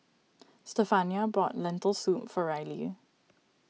Stephania bought Lentil Soup for Reilly